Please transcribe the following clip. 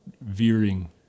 veering